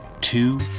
two